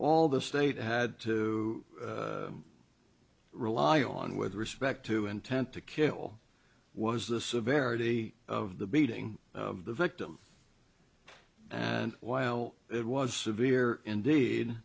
all the state had to rely on with respect to intent to kill was the severity of the beating of the victim and while it was severe indeed